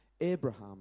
Abraham